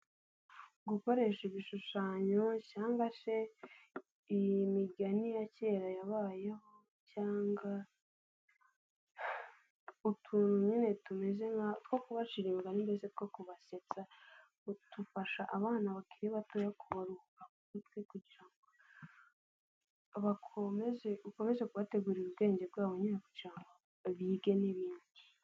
Gukoresha ibishushanyo cyangwa se imigani ya kera yabayeho cyangwa, utuntu nyine tumeze nka two kubaciri mbese two kubasetsa, dufasha abana bakiri batoya kubaruhura mu mutwe kugira ngo bakomeze ukomeze kubategurira ubwenge bwabo nyine kugira ngo bige n'ibindi.